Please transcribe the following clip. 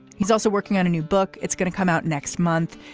he's also working on a new book. it's going to come out next month.